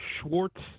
Schwartz